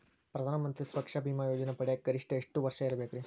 ಪ್ರಧಾನ ಮಂತ್ರಿ ಸುರಕ್ಷಾ ಭೇಮಾ ಯೋಜನೆ ಪಡಿಯಾಕ್ ಗರಿಷ್ಠ ಎಷ್ಟ ವರ್ಷ ಇರ್ಬೇಕ್ರಿ?